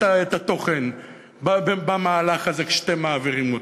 התוכן במהלך הזה כשאתם מעבירים אותו?